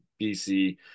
BC